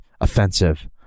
offensive